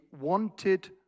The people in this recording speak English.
wanted